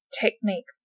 technique